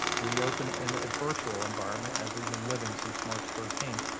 do we open in a virtual environment as we've been living since march thirteenth,